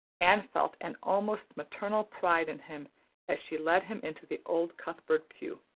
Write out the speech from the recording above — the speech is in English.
anne felt an almost maternal pride in him as she led him into the old cuthbert pew.